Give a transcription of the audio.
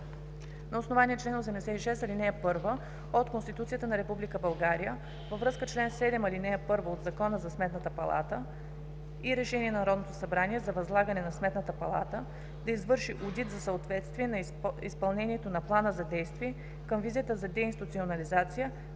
на основание чл. 86, ал. 1 от Конституцията на Република България във връзка с чл. 7, ал. 1 от Закона за Сметната палата и Решение на Народното събрание за възлагане на Сметната палата да извърши одит за съответствие на изпълнението на Плана за действие към Визията за деинституционализация